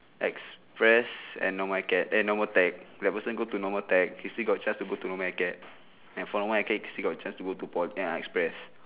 express and normal acad eh normal tech the person go to normal tech he still got chance to go to normal acad and from normal acad he got chance to go to polytech~ express